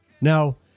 Now